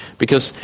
because,